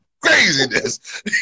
Craziness